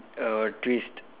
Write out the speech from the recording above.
a twist